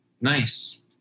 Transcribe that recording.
Nice